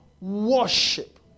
worship